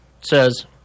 says